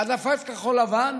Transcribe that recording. בהעדפת כחול-לבן